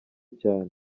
cyane